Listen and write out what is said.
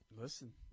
Listen